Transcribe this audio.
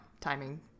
timing